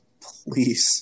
please